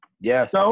Yes